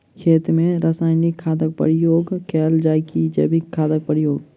खेत मे रासायनिक खादक प्रयोग कैल जाय की जैविक खादक प्रयोग?